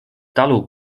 talu